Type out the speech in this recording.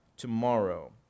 tomorrow